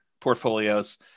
portfolios